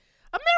America